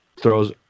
throws